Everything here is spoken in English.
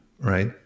right